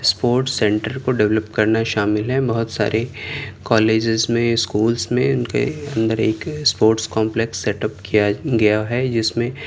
sport centre کو develop کرنا شامل ہیں بہت سارے کالجیز میں اسکولس میں ان کے اندر ایک اسپوٹس کامپلیکس سیٹ اپ کیا گیا ہے جس میں